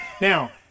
Now